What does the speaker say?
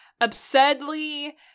absurdly